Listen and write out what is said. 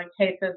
cases